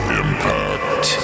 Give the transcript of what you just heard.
impact